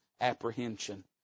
apprehension